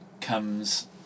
comes